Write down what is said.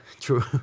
true